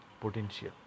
potential